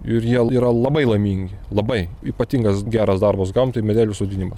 ir jie yra labai laimingi labai ypatingas geras darbas gamtai medelių sodinimas